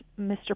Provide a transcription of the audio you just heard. Mr